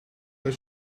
that